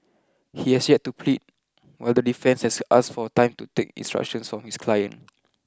he has yet to plead while the defence has asked for time to take instructions from his client